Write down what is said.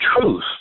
truth